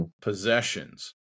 possessions